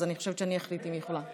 אז אני חושבת שאני אחליט אם היא יכולה.